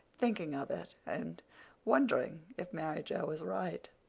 thinking of it, and wondering if mary joe was right.